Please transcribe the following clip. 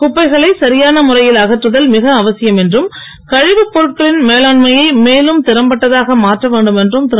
குப்பைகளை சரியான முறையில் அகற்றுதல் மிக அவசியம் என்றும் கழிவுப் பொருட்களின் மேலாண்மையை மேலும் திறம்பட்டதாக மாற்ற வேண்டும் என்றும் திரு